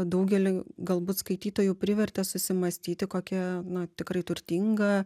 daugelį galbūt skaitytojų privertė susimąstyti kokia na tikrai turtinga